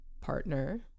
partner